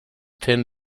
tend